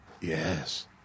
Yes